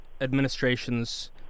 administrations